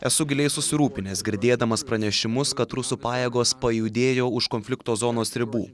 esu giliai susirūpinęs girdėdamas pranešimus kad rusų pajėgos pajudėjo už konflikto zonos ribų